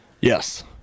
Yes